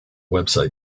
website